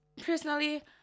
personally